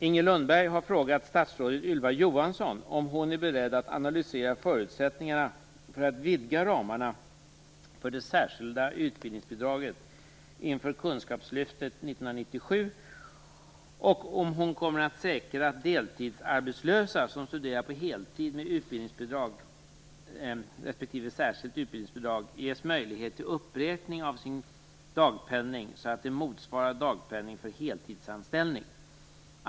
Inger Lundberg har frågat statsrådet Ylva Johansson om hon är beredd att analysera förutsättningarna för att vidga ramarna för det särskilda utbildningsbidraget inför Kunskapslyftet 1997 och om hon kommer att säkra att deltidsarbetslösa, som studerar på heltid med utbildningsbidrag/särskilt utbildningsbidrag, ges möjlighet till uppräkning av sin dagpenning så att den motsvarar dagpenning för heltidsanställning.